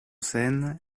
scène